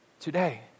today